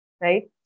Right